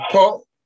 Paul